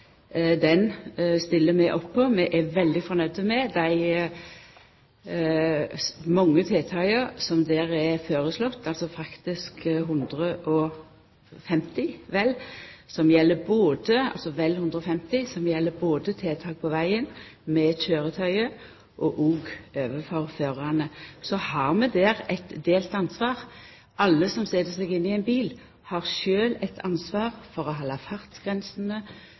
Den stiller vi opp på. Vi er veldig fornøgde med dei mange tiltaka som der er føreslått, faktisk vel 150, som gjeld både tiltak på vegen med køyretøyet og òg overfor førarane. Så har vi der eit delt ansvar. Alle som set seg inn i ein bil, har sjølv eit ansvar for å halda